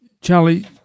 Charlie